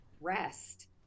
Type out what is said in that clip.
rest